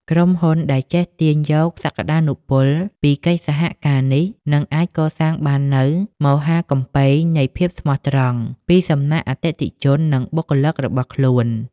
ក្រុមហ៊ុនដែលចេះទាញយកសក្ដានុពលពីកិច្ចសហការនេះ នឹងអាចកសាងបាននូវ "មហាកំពែងនៃភាពស្មោះត្រង់" ពីសំណាក់អតិថិជន និងបុគ្គលិករបស់ខ្លួន។